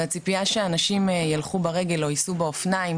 והציפייה שאנשים יילכו ברגל או ייסעו באופניים